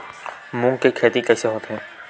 मूंग के खेती कइसे होथे?